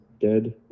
dead